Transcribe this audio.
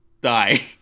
die